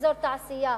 אזור תעשייה?